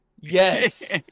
Yes